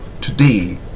today